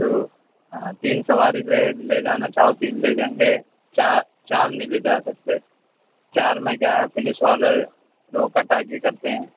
تو ہاں تین سواری لے لے جانا چاہو تین لے جائیں گے چار چار نہیں لے جا سکتے چار میں کیا ہے پولیس والے روکا ٹاکی کرتے ہیں